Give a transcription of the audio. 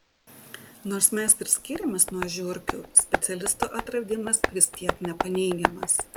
nors mes ir skiriamės nuo žiurkių specialistų atradimas vis tiek nepaneigiamas